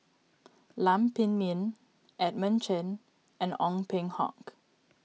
Lam Pin Min Edmund Chen and Ong Peng Hock